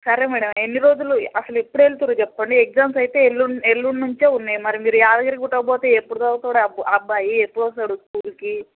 సరే మ్యాడమ్ ఎన్ని రోజులు అసలు ఎప్పుడు వెళ్తుర్రు చెప్పండి ఎగ్జామ్స్ అయితే ఎల్లుండి ఎల్లుండి నుంచే ఉన్నాయి మరి మీరు యాదగిరిగుట్టకు పోతే ఎప్పుడు చదువుతాడు అబ్బా ఆ అబ్బాయి ఎప్పుడు వస్తాడు స్కూల్కి